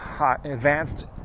advanced